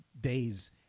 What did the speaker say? days